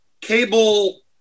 cable